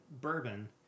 bourbon